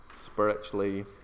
spiritually